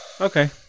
Okay